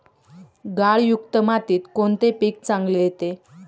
गाळयुक्त मातीत कोणते पीक चांगले येते?